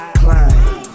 climb